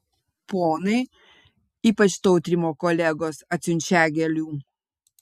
ponai ypač tautrimo kolegos atsiunčią gėlių